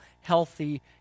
healthy